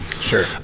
sure